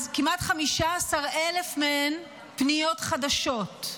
אז כמעט 15,000 מהן פניות חדשות.